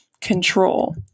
control